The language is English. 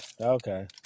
Okay